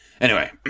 Anyway